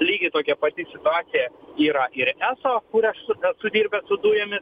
lygiai tokia pati situacija yra ir eso kur aš esu dirbęs dujomis